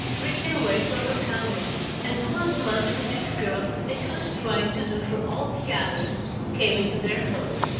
christian way to overcome it and do as much for this girl as she was trying to do for all the others who came into their home.